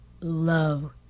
love